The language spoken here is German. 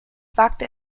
wagte